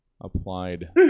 applied